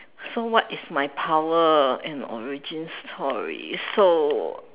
so what is my power and origin story so